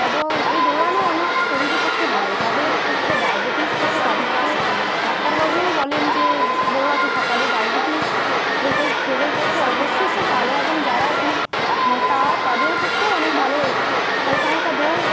এবং এই দৌড়ানো অনেক শরীরের পক্ষে ভালো যাদের পক্ষে ডায়বেটিস থাকে তাদেরকে ডাক্তারবাবুও বলেন যে দৌড়াতে সকালে ডায়বেটিস রোগের রোগের পক্ষে অবশ্যই খুব ভালো এবং যারা খুব মোটা তাদের পক্ষেও অনেক ভালো হালকা হালকা দৌড়